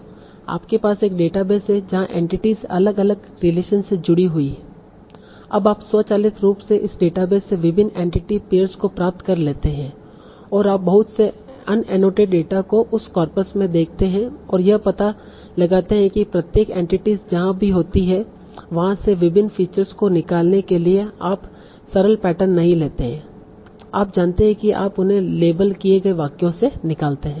आपके पास एक डेटाबेस है जहाँ एंटिटीस अलग अलग रिलेशनस से जुड़ी हुई अब आप स्वचालित रूप से इस डेटाबेस से विभिन्न एंटिटी पेयर्स को प्राप्त कर लेते हैं और आप बहुत से अनएनोटेटेड डेटा को उस कॉर्पस में देखते हैं और यह पता लगाते हैं कि प्रत्येक एंटिटीस जहाँ भी होती हैं वहां से विभिन्न फीचर्स को निकालने के लिए आप सरल पैटर्न नहीं लेते हैं आप जानते हैं कि आप उन्हें लेबल किए गए वाक्यों से निकालते हैं